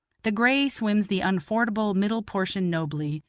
the gray swims the unfordable middle portion nobly,